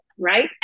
Right